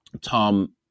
Tom